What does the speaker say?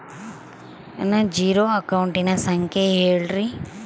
ನನ್ನ ಜೇರೊ ಅಕೌಂಟಿನ ಸಂಖ್ಯೆ ಹೇಳ್ರಿ?